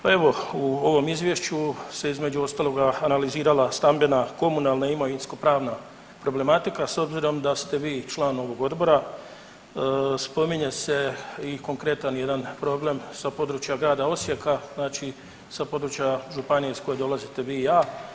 Pa evo u ovom izvješću se između ostaloga se analizirala stambena, komunalna, imovinskopravna problematika, a s obzirom da ste vi i član ovog odbora spominje se i konkretan jedan problem sa područja grada Osijeka, sa područja županije iz koje dolazite vi i ja.